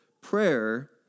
prayer